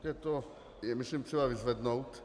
Je to myslím třeba vyzvednout.